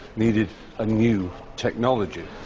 needed a new technology.